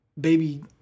baby